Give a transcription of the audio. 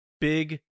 big